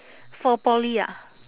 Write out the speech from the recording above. for poly ah